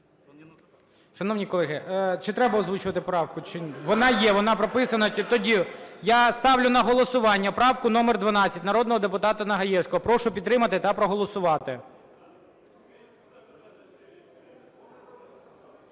Шановні колеги, чи треба озвучувати правку чи… Вона є, вона прописана. Тоді я ставлю на голосування правку номер 12 народного депутата Нагаєвського. Прошу підтримати та проголосувати.